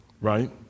right